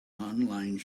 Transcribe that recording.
online